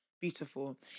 beautiful